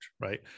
right